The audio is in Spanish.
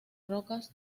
rocas